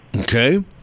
Okay